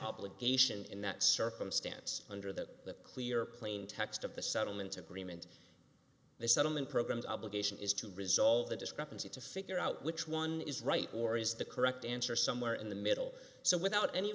obligations in that circumstance under that clear plain text of the settlement agreement the settlement programs obligation is to resolve the discrepancy to figure out which one is right or is the correct answer somewhere in the middle so without any